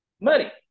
Money